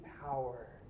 power